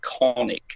iconic